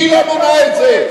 היא לא מנעה את זה.